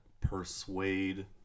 persuade